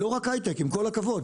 לא רק היי-טק, עם כל הכבוד.